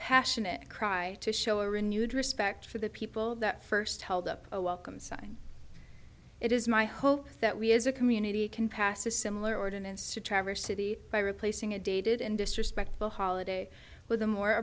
passionate cry to show a renewed respect for the people that first held up a welcome sign it is my hope that we as a community can pass a similar ordinance to traverse city by replacing a dated and disrespectful holiday with a more